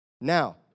Now